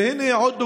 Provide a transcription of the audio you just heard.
והינה עוד דוגמה: